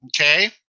Okay